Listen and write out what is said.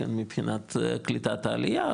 מבחינת קליטת העלייה,